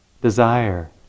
Desire